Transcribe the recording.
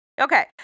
Okay